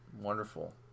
wonderful